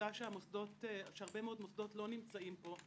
העובדה שהרבה מאוד מוסדות לא נמצאים פה,